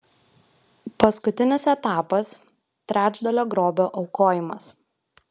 paskutinis etapas trečdalio grobio aukojimas